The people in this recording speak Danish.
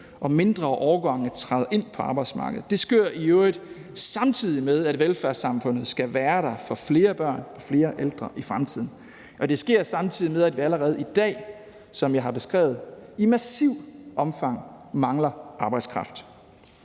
og mindre årgange træder ind på arbejdsmarkedet. Det sker i øvrigt, samtidig med at velfærdssamfundet skal være der for flere børn og flere ældre i fremtiden. Og det sker, samtidig med at vi allerede i dag, som jeg har beskrevet, i massivt omfang mangler arbejdskraft.